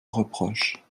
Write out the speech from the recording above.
reproche